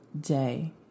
day